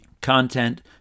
content